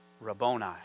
Rabboni